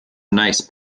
nice